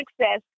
success